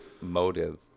motive